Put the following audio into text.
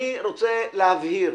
אני רוצה להבהיר.